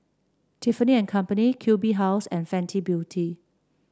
Tiffany And Company Q B House and Fenty Beauty